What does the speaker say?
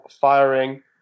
firing